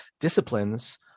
disciplines